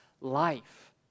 life